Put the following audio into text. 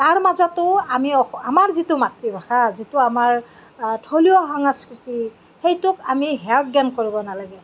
তাৰ মাজতো আমি অস আমাৰ যিটো মাতৃভাষা যিটো আমাৰ থলুৱা সংস্কৃতি সেইটো আমি হেয় জ্ঞান কৰিব নালাগে